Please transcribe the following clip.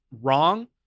wrong